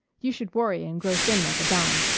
you should worry and grow thin like a dime.